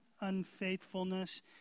unfaithfulness